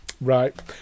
Right